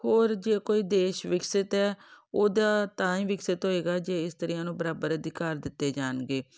ਹੋਰ ਜੇ ਕੋਈ ਦੇਸ਼ ਵਿਕਸਿਤ ਹੈ ਉਹਦਾ ਤਾਂ ਹੀ ਵਿਕਸਿਤ ਹੋਏਗਾ ਜੇ ਇਸਤਰੀਆਂ ਨੂੰ ਬਰਾਬਰ ਅਧਿਕਾਰ ਦਿੱਤੇ ਜਾਣਗੇ